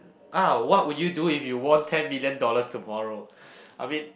ah what would you do if you won ten million dollars tomorrow I mean